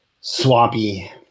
swampy